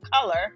color